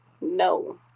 No